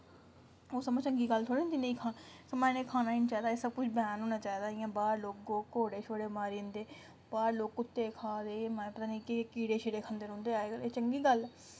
ओह् समां चंगी गल्ल थोड़ा नां होंदी नेईं खाना समां इ'नें गी खाना नेईं चाहिदा एह् सारा किश बैन होना चाहिदा बाह्र घोड़े शोडे मारिये खंदे बाह्र लोक कुत्ते खा'रदे एह् माए पता नेईं केह् केह् कीड़े खंदे रौंह्दे अजकल्ल एह् चंगी गल्ल ऐ